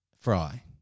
Fry